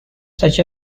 such